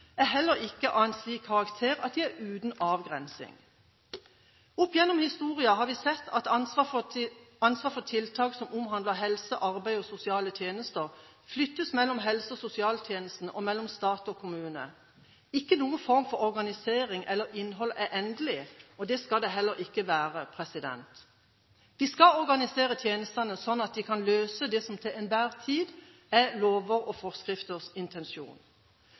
er heller ikke av en slik karakter at de er uten avgrensning. Opp gjennom historien har vi sett at ansvar for tiltak som omhandler helse, arbeid og sosiale tjenester, flyttes mellom helsetjenesten og sosialtjenesten og mellom stat og kommune. Ikke noen form for organisering eller innhold er endelig, og det skal det heller ikke være. Vi skal organisere tjenestene slik at de kan løse det som til enhver tid er lover og forskrifters intensjon.